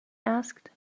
asked